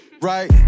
right